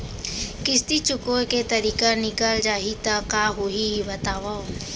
किस्ती चुकोय के तारीक निकल जाही त का होही बताव?